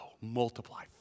multiply